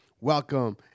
welcome